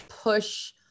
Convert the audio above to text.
push